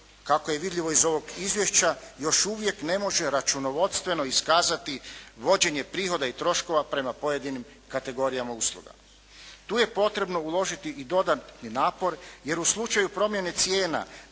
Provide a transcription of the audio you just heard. kako je i vidljivo iz ovog izvješća, još uvijek ne može računovodstveno iskazati vođenje prihoda i troškova prema pojedinim kategorijama usluga. Tu je potrebno uložiti i dodatni napor, jer u slučaju promjene cijena